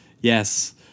Yes